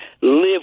live